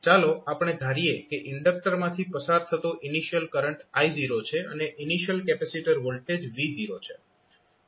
ચાલો આપણે ધારીએ કે ઇન્ડક્ટર માંથી પસાર થતો ઇનિશિયલ કરંટ I0 છે અને ઇનિશિયલ કેપેસિટર વોલ્ટેજ V0 છે